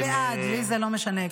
אני בעד, לי זה לא משנה.